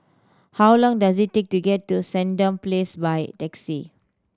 how long does it take to get to Sandown Place by taxi